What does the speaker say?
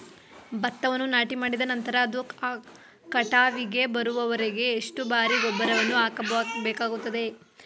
ಭತ್ತವನ್ನು ನಾಟಿಮಾಡಿದ ನಂತರ ಅದು ಕಟಾವಿಗೆ ಬರುವವರೆಗೆ ಎಷ್ಟು ಬಾರಿ ಗೊಬ್ಬರವನ್ನು ಹಾಕಬೇಕಾಗುತ್ತದೆ?